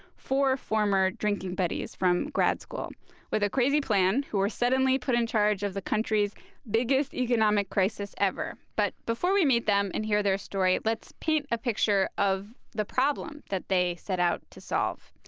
four former drinking buddies from grad school with a crazy plan who were suddenly put in charge of the country's biggest economic crisis ever. but before we meet them and hear their story, let's paint a picture of the problem that they set out to solve.